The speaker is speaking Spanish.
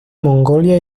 mongolia